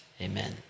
Amen